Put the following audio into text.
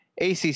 ACC